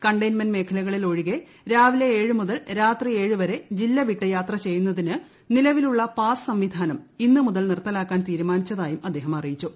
containment മേഖലകളിൽ ഒഴികെ രാവിലെ ഏഴു മുതൽ രാത്രി ഏഴു വരെ ജില്ലവിട്ട് യാത്രചെ യ്യുന്നതിന് നിലവിലുള്ള പാസ് സംവിധാനം ഇന്ന് മുതൽ നിർത്തലാക്കാൻ തീരുമാനിച്ചതായും അദ്ദേഹം അറിയിച്ചു